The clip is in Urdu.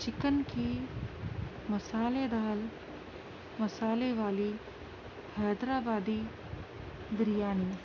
چکن کی مسالے دال مسالے والی حیدر آبادی بریانی